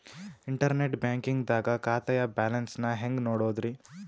Internet banking ದಾಗ ಖಾತೆಯ balance ನ ಹೆಂಗ್ ನೋಡುದ್ರಿ?